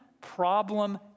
problem